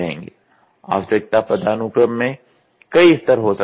आवश्यकता पदानुक्रम में कई स्तर हो सकते हैं